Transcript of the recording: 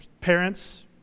parents